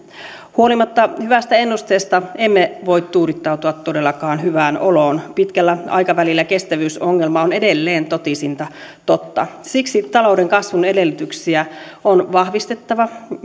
huolimatta hyvästä ennusteesta emme voi tuudittautua todellakaan hyvään oloon pitkällä aikavälillä ja kestävyysongelma on edelleen totisinta totta siksi talouden kasvun edellytyksiä on vahvistettava